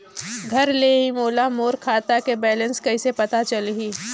घर ले ही मोला मोर खाता के बैलेंस कइसे पता चलही?